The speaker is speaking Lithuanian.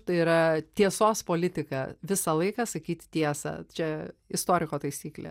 tai yra tiesos politika visą laiką sakyti tiesą čia istoriko taisyklė